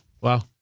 Wow